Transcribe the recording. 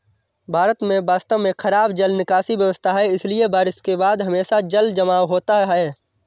भारत में वास्तव में खराब जल निकासी व्यवस्था है, इसलिए बारिश के बाद हमेशा जलजमाव होता है